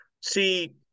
see